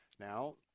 Now